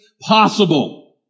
possible